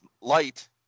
light